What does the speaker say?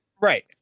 Right